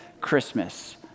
Christmas